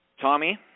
Tommy